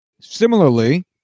Similarly